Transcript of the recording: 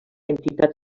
entitat